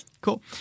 Cool